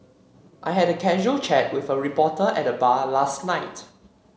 I had a casual chat with a reporter at the bar last night